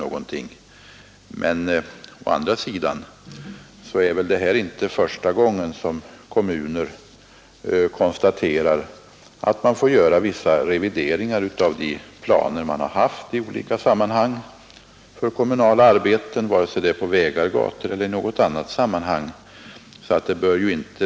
Å andra sidan är väl inte detta första gången som kommuner konstaterar att man får göra vissa revideringar av de planer för kommunala arbeten man haft i olika sammanhang vare sig det gäller vägar, gator eller något annat.